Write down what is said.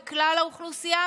בכלל האוכלוסייה,